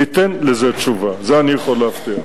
ניתן לזה תשובה, את זה אני יכול להבטיח.